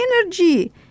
energy